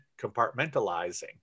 compartmentalizing